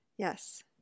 Yes